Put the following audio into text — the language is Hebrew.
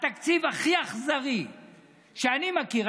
התקציב הכי אכזרי שאני מכיר.